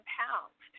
pounds